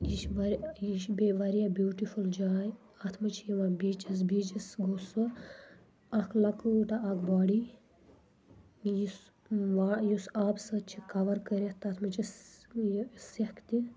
یہِ چھ واریاہ یہِ چھُ بیٚیہِ واریاہ بیوٗٹفُل جاے اتھ مَنٛز چھ یِوان بیٖچز بیٖچز گوٚو سُہ اکھ لَکۭٹ اکھ باڑی یُس آب سۭتۍ چھ کَوَر کٔرِتھ تتھ مَنٛز چھ یہِ سیٚکھ تہِ